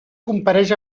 compareix